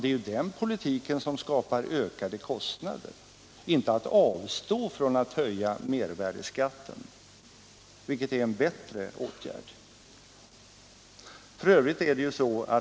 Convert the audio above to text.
Det är den politiken som skapar ökade kostnader, inte att avstå från att höja mervärdeskatten, vilket är en bättre åtgärd.